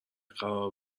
قرار